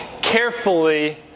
carefully